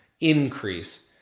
increase